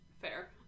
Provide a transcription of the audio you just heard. fair